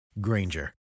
Granger